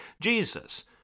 Jesus